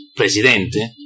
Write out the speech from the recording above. Presidente